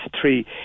three